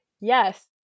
Yes